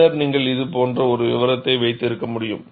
பின்னர் நீங்கள் இது போன்ற ஒரு விவரத்தை வைத்திருக்க முடியும்